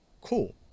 cool